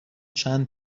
چند